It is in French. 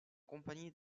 compagnie